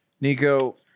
nico